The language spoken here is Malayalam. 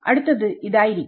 അടുത്തത് ആയിരിക്കും